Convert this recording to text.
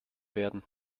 werden